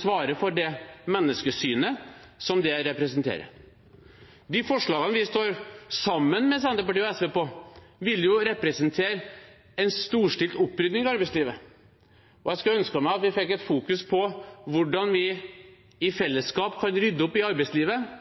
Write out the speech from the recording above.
svarer for det menneskesynet det representerer. De forslagene vi står sammen med Senterpartiet og SV om, ville jo representere en storstilt opprydding i arbeidslivet. Jeg skulle ønske meg at man fokuserte på hvordan vi i fellesskap kan rydde opp i arbeidslivet,